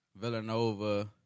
Villanova